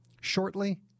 shortly